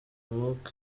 amaboko